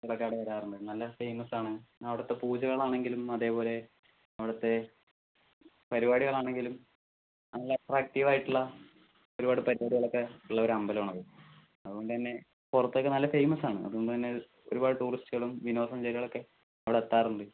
വരാറുണ്ട് നല്ല ഫേമസ് ആണ് അവിടുത്തെ പൂജകളാണെങ്കിലും അതേപോലെ അവിടുത്തെ പരിപാടികൾ ആണെങ്കിലും നല്ല അട്രാക്ടീവ് ആയിട്ടുള്ള ഒരുപാട് പരിപാടികളൊക്കെ ഉള്ളൊരു അമ്പലമാണത് അതുകൊണ്ടുതന്നെ പുറത്തൊക്കെ നല്ല ഫേമസ് ആണ് അതുകൊണ്ടുതന്നെ അത് ഒരുപാട് ടൂറിസ്റ്റുകളും വിനോദസഞ്ചാരികളൊക്കെ അവിടെ എത്താറുണ്ട്